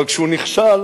אבל כשהוא נכשל,